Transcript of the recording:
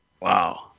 Wow